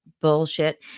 bullshit